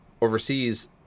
overseas